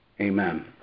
Amen